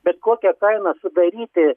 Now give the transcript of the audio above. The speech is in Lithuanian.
bet kokia kaina sudaryti